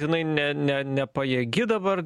jinai ne ne nepajėgi dabar